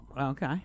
Okay